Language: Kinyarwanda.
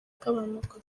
agabanuka